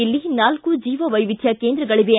ಇಲ್ಲಿ ನಾಲ್ಕ ಜೀವ ವೈವಿಧ್ಯ ಕೇಂದ್ರಗಳಿವೆ